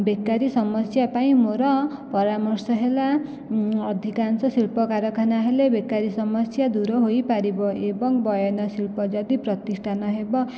ବେକାରୀ ସମସ୍ୟା ପାଇଁ ମୋର ପରାମର୍ଶ ହେଲା ଅଧିକାଂଶ ଶିଳ୍ପ କାରଖାନା ହେଲେ ବେକାରୀ ସମସ୍ୟା ଦୂର ହୋଇ ପାରିବ ଏବଂ ବୟାନ ଶିଳ୍ପ ଯଦି ପ୍ରତିଷ୍ଠାନ ହେବ